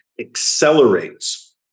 accelerates